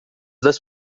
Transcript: das